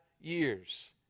years